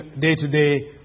day-to-day